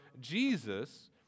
Jesus